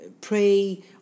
pray